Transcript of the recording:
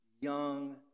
young